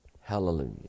Hallelujah